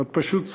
את פשוט צודקת,